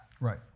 Right